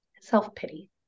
self-pity